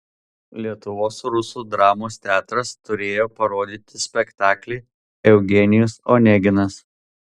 lietuvos rusų dramos teatras turėjo parodyti spektaklį eugenijus oneginas